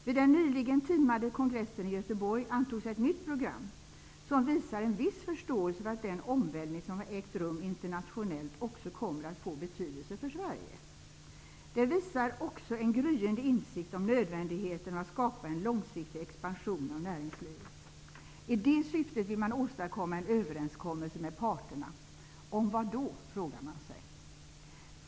Vid den nyligen timade kongressen i Göteborg antogs ett nytt program som visar en viss förståelse för att den omvälvning som ägt rum internationellt också kommer att få betydelse för Sverige. Det visar också en gryende insikt om nödvändigheten av att skapa en långsiktig expansion av näringslivet. I det syftet vill man åstadkomma en överenskommelse med parterna. Om vad då, frågar jag mig?